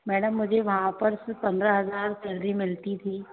madam मुझे वहाँ पर पंद्रह हजार सैलरी मिलती थी